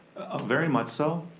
ah very much so.